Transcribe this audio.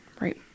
Right